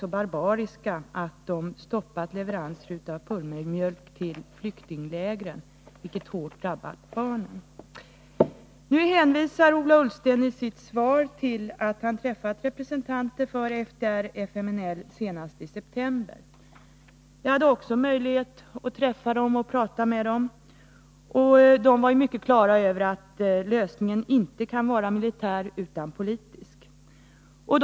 så barbarisk att man har stoppat leveranser av pulvermjölk till flyktinglägren, vilket hårt drabbar barnen. Nu hänvisar Ola Ullsten i sitt svar till att han har träffat representanter för FDR/FMNL senast i september. Jag hade också möjlighet att träffa dem och prata med dem, och de var helt på det klara med att lösningen inte kan vara militär utan måste vara politisk.